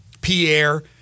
Pierre